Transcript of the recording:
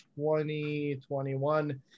2021